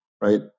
right